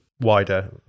wider